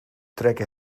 trekke